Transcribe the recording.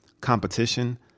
competition